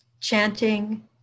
Chanting